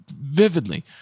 vividly